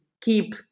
keep